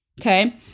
Okay